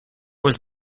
was